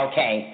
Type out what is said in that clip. Okay